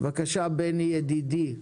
בבקשה בני ידידי.